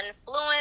Influence